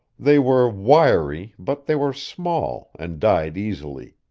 they were wiry, but they were small, and died easily.